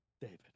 David